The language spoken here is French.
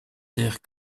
terres